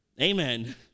Amen